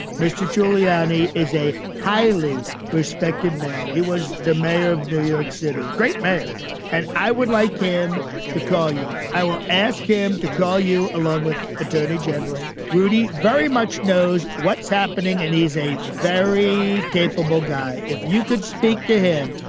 mr. giuliani is a highly respected man. he was the mayor of new york city, a great mayor and i would like him to call you. i will ask him to call you, along with attorney general rudy. very much knows what's happening. and he's a very capable guy. if you could speak to him,